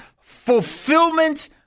fulfillment